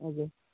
ଆଜ୍ଞା